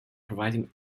providing